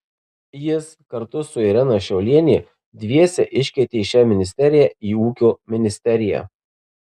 jis kartu su irena šiaulienė dviese iškeitė šią ministeriją į ūkio ministeriją